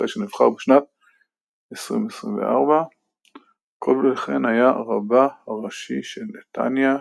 אחרי שנבחר בשנת 2024. קודם לכן היה רבה הראשי של נתניה.